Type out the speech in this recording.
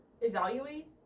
Evaluate